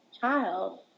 child